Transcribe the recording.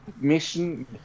Mission